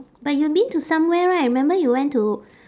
but you been to somewhere right remember you went to